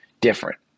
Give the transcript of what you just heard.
different